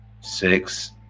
six